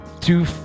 two